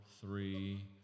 three